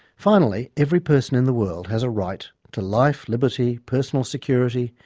finally, every person in the world has a right to life, liberty, personal security,